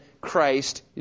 Christ